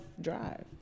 drive